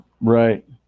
right